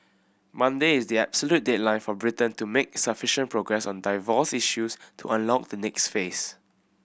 Monday is the absolute deadline for Britain to make sufficient progress on divorce issues to unlock the next phase